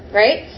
right